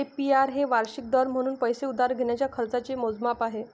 APR हे वार्षिक दर म्हणून पैसे उधार घेण्याच्या खर्चाचे मोजमाप आहे